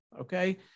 Okay